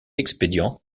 expédient